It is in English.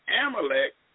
Amalek